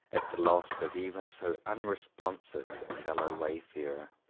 at the loss of even so unresponsive a fellow-wayfarer.